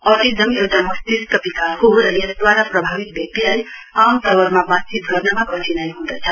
autism एउटा मष्तिस्क विकार हो र यसद्वारा प्रभावित व्यक्तिलाई आम तवरमा बातचीत गर्नमा कठिनाई हँदछ